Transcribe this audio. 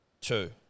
two